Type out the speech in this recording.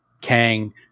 Kang